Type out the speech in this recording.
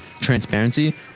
transparency